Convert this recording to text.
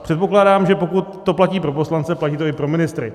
Předpokládám, že pokud to platí pro poslance, platí to i pro ministry.